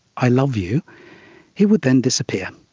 i love you he would then disappear,